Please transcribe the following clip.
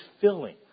filling